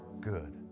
good